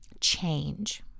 change